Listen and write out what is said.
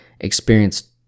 experienced